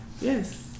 yes